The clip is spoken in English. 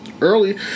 early